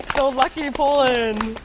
so lucky poland